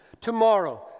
tomorrow